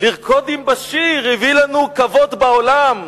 "ואלס עם באשיר" הביא לנו כבוד בעולם.